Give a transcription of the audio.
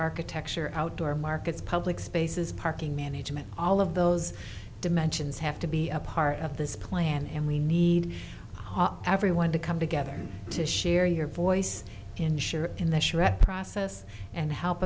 architecture outdoor markets public spaces parking management all of those dimensions have to be a part of this plan and we need everyone to come together to share your voice and share in the shred process and help